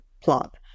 plot